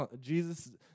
Jesus